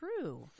true